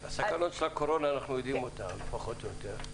את הסכנות של הקורונה אנחנו יודעים פחות או יותר.